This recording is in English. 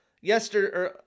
Yesterday